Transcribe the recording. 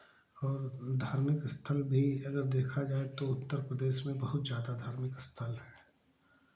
और धार्मिक स्थल भी अगर देखा जाए तो उत्तर प्रदेश में बहुत ज़्यादा धार्मिक स्थल है